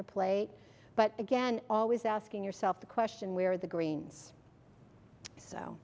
your plate but again always asking yourself the question where are the greens so